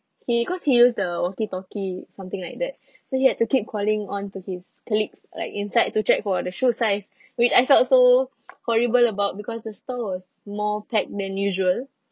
he cause he use the walkie-talkie something like that so he have to keep calling on to his colleagues like inside to check for the shoe size which I felt so horrible about because the store was more packed than usual